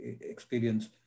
experience